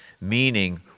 meaning